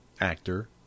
actor